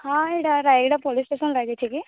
ହଁ ଏଇଟା Rayagada police station ଲାଗିଛି କି